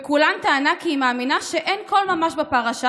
ובכולן טענה כי היא מאמינה שאין כל ממש בפרשה